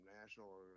national